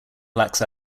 blacks